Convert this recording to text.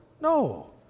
No